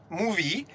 movie